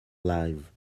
live